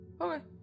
Okay